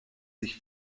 sich